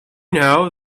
know